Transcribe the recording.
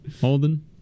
Holden